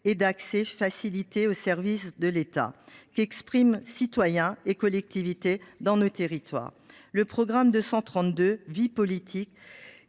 d’un accès facilité aux services de l’État qu’expriment citoyens et collectivités dans nos territoires. Le programme 232 « Vie politique »,